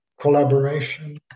collaboration